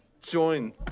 Join